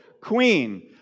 Queen